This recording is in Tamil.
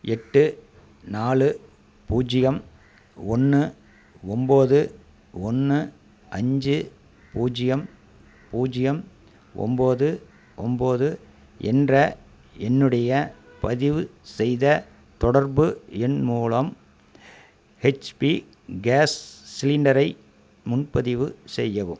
எட்டு நாலு பூஜ்ஜியம் ஒன்று ஒம்போது ஒன்று அஞ்சு பூஜ்ஜியம் பூஜ்ஜியம் ஒம்போது ஒம்போது என்ற என்னுடைய பதிவுசெய்த தொடர்பு எண் மூலம் ஹெச்பி கேஸ் சிலிண்டரை முன்பதிவு செய்யவும்